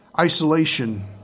Isolation